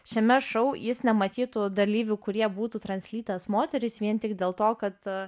šiame šou jis nematytų dalyvių kurie būtų translytės moterys vien tik dėl to kad